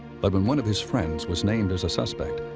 but when one of his friends was named as a suspect,